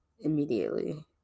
Immediately